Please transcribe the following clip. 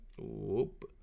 whoop